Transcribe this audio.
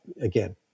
again